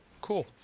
cool